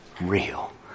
real